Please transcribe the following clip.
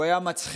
הוא היה מצחיק.